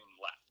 left